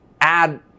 add